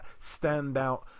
standout